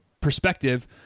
perspective